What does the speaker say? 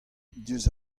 diouzh